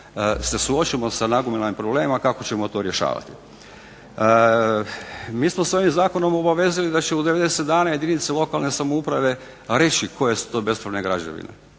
se suočimo sa nagomilanim problemima kako ćemo to rješavati. Mi smo se ovim zakonom obavezali da će u 90 dana jedinice lokalne samouprave reći koje su to bespravne građevine.